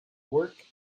work